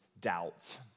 doubt